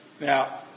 Now